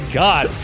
god